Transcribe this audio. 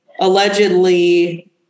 allegedly